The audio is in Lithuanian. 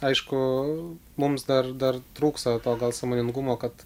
aišku mums dar dar trūksta to gal sąmoningumo kad